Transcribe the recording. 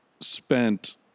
spent